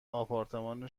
آپارتمان